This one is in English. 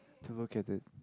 to look at this